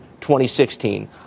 2016